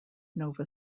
nova